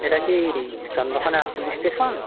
এটা কি Chandrakona police station